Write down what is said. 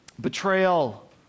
Betrayal